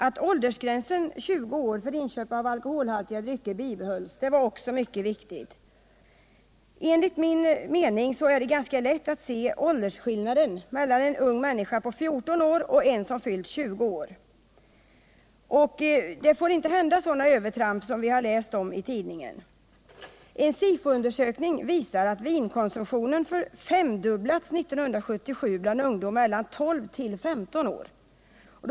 Att åldersgränsen 20år för inköp av alkoholhaltiga drycker bibehölls var också riktigt —- enligt min mening är det ganska lätt att se åldersskillnaden mellan en ung människa på 14 år och en som fyllt 20 år. Men det får inte hända sådana övertramp som vi har kunnat läsa om i tidningarna. En SIFO-undersökning visar att vinkonsumtionen bland ungdom mellan 12 och 15 år femdubblats under år 1977.